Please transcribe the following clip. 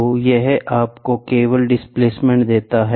तो यह आपको केवल डिस्प्लेसमेंट देता है